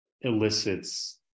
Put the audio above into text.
elicits